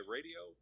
Radio